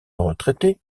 retraité